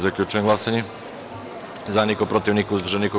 Zaključujem glasanje: za – niko, protiv – niko, uzdržanih – nema.